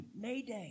Mayday